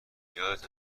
یادت